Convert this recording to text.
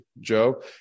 Joe